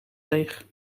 leeg